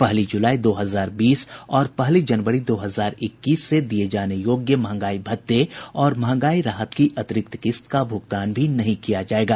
पहली जुलाई दो हजार बीस और पहली जनवरी दो हजार इक्कीस से दिये जाने योग्य मंहगाई भत्ते और मंहगाई राहत की अतिरिक्त किस्त का भुगतान भी नहीं किया जाएगा